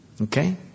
Okay